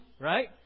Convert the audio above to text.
right